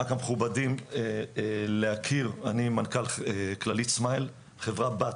אני מנכ"ל כללית סמייל, חברה בת